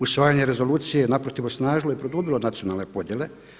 Usvajanje rezolucije naprotiv osnažilo je i produbilo nacionalne podjele.